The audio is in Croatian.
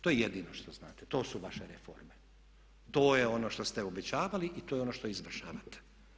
To je jedino što znate, to su vaše reforme, to je ono što ste obećavali i to je ono što izvršavate.